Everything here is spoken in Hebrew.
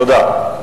תודה.